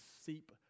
seep